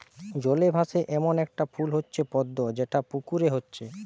জলে ভাসে এ্যামন একটা ফুল হচ্ছে পদ্ম যেটা পুকুরে হচ্ছে